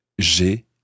j'ai